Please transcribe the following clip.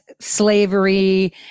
slavery